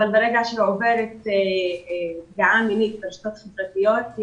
אבל ברגע שהיא עוברת פגיעה מינית ברשתות חברתיות,